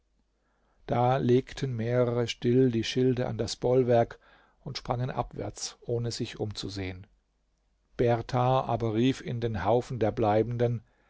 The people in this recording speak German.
da legten mehrere still die schilde an das bollwerk und sprangen abwärts ohne sich umzusehen berthar aber rief in den haufen der bleibenden